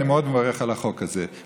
אני מאוד מברך על החוק הזה,